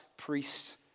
Priests